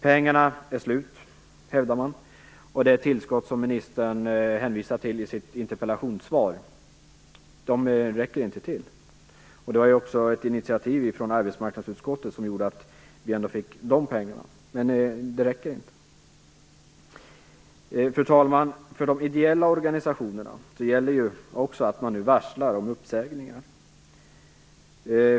Pengarna är slut, hävdar man, och det tillskott som ministern hänvisar till i sitt interpellationssvar räcker inte till. Det var ett initiativ från arbetsmarknadsutskottet som gjorde att vi fick åtminstone de pengarna, men det räcker inte. Fru talman! De ideella organisationerna varslar nu om uppsägningar.